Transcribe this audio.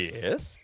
Yes